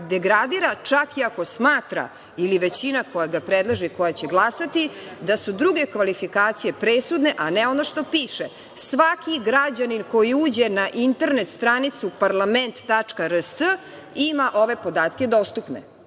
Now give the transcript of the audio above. degradira čak i ako smatra, ili većina koja ga predlaže i koja će glasati, da su druge kvalifikacije presudne, a ne ono što piše. Svaki građanin koji uđe na internet stranicu parlament.rs ima ove podatke dostupne.